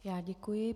Já děkuji.